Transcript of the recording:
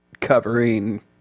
covering